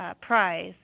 prize